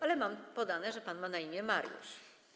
Ale mam podane, że pan ma na imię Mariusz.